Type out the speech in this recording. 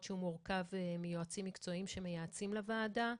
שהוא מורכב מיועצים מקצועיים שמייעצים לוועדה,